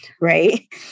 right